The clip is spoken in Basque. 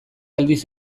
aldiz